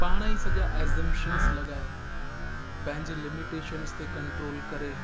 पाण ई सॼा एज़मशन्स लॻाए पंहिंजे लिमीटेशन्स ते कंट्रोल करे